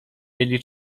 mieli